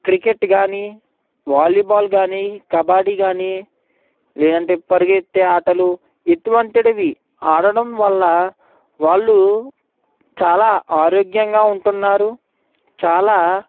cricket కానీ volleyball కానీ కబడ్డీ కానీ లేదంటే పరుగెత్తే ఆటలు ఇటువంటివి ఆడడం వల్ల వాళ్ళు చాలా ఆరోగ్యంగా ఉంటున్నారు చాలా